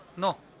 no